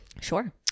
Sure